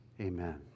Amen